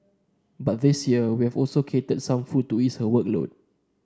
but this year we have also catered some food to ease her workload